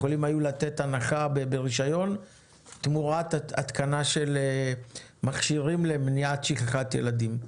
יכולים היו לתת הנחה ברישיון תמורת התקנה של מכשירים למניעת שכחת ילדים.